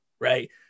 Right